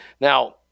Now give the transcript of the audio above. Now